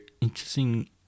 interesting